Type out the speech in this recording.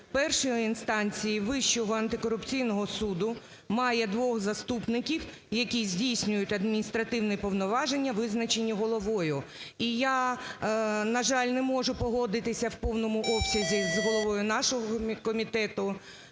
першої інстанції Вищого антикорупційного суду має двох заступників, які здійснюють адміністративні повноваження, визначені головою". І я, на жаль, не можу погодитися в повному обсязі з головою нашого комітету